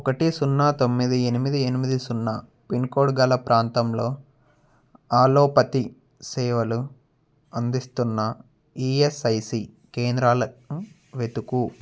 ఒకటి సున్నా తొమ్మిది ఎనిమిది ఎనిమిది సున్నా పిన్కోడ్ గల ప్రాంతంలో ఆలోపతి సేవలు అందిస్తున్న ఈఎస్ఐసి కేంద్రాలను వెతుకు